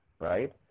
right